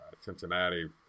Cincinnati